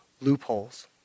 loopholes